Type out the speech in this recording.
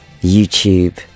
youtube